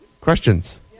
questions